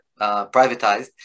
privatized